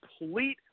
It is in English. complete